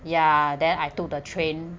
ya ah then I took the train